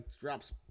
Drops